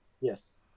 Yes